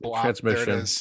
transmission